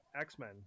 X-Men